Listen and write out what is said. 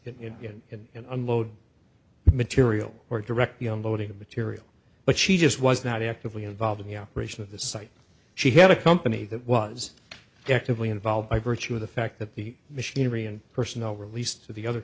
on it and unload material or directly on loading of material but she just was not actively involved in the operation of the site she had a company that was actively involved by virtue of the fact that the machinery and personnel released to the other